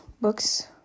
books